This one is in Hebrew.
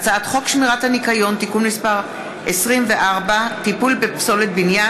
הצעת חוק שמירת הניקיון (תיקון מס' 24) (טיפול בפסולת בניין),